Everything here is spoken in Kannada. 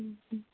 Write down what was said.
ಹ್ಞೂ ಹ್ಞೂ